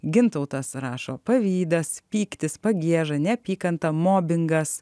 gintautas rašo pavydas pyktis pagieža neapykanta mobingas